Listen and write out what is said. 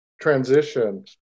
transition –